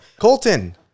Colton